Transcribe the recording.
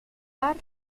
par